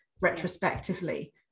retrospectively